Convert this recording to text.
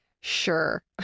Sure